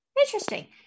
interesting